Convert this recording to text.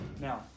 Now